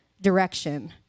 direction